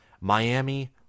Miami